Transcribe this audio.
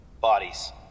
Bodies